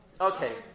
Okay